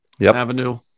avenue